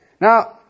Now